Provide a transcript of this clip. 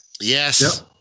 Yes